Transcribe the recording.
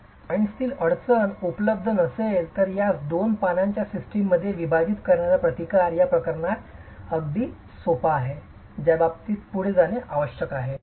जर जॉइन्ट्सतील अडचण उपलब्ध नसेल तर यास दोन पानांच्या सिस्टममध्ये विभाजित करण्याचा प्रतिकार या प्रकरणात या प्रकरणात अगदी सोपा आहे ज्याच्या बाबतीत पुढे जाणे आवश्यक आहे